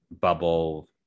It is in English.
bubble